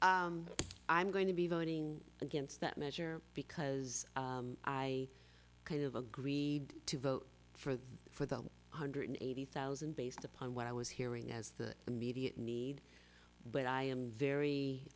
one i'm going to be voting against that measure because i kind of agreed to vote for for the one hundred eighty thousand based upon what i was hearing as the immediate need but i am very